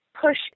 push